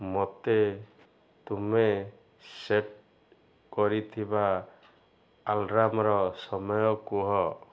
ମୋତେ ତୁମେ ସେଟ୍ କରିଥିବା ଆଲାର୍ମ୍ର ସମୟ କୁହ